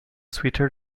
sweeter